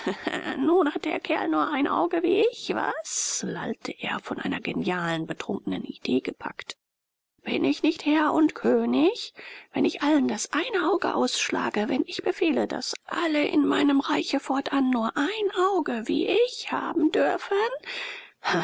nun hat der kerl nur ein auge wie ich was lallte er von einer genialen betrunkenen idee gepackt bin ich nicht herr und könig wenn ich allen das eine auge ausschlage wenn ich befehle daß alle in meinem reiche fortan nur ein auge wie ich haben dürfen